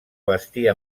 bastir